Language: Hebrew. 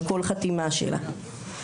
על כל חתימה שלה.